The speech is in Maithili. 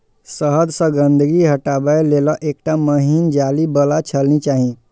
शहद सं गंदगी हटाबै लेल एकटा महीन जाली बला छलनी चाही